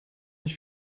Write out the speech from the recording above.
ich